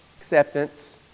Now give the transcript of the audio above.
acceptance